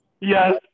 Yes